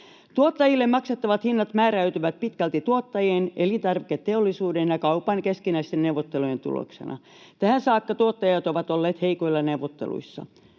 Tuottajille maksettavat hinnat määräytyvät pitkälti tuottajien, elintarviketeollisuuden ja kaupan keskinäisten neuvottelujen tuloksena. Tähän saakka tuottajat ovat olleet heikoilla neuvotteluissa.